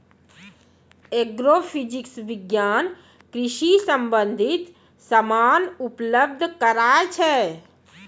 agrophysics विज्ञान कृषि संबंधित समान उपलब्ध कराय छै